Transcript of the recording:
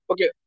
Okay